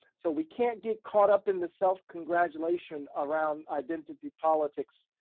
so, we can't get caught up in the self-congratulation around identity politics.